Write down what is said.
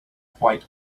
quite